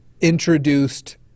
introduced